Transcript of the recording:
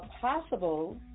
possible